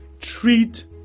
Treat